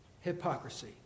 hypocrisy